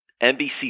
NBC